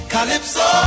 Calypso